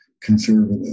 conservative